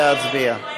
נא להצביע.